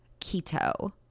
keto